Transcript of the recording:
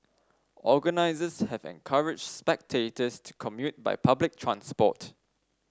organisers have encouraged spectators to commute by public transport